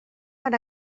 van